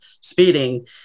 speeding